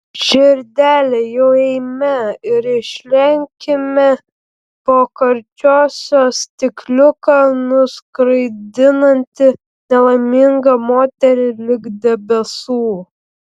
širdele jau eime ir išlenkime po karčiosios stikliuką nuskraidinantį nelaimingą moterį lig debesų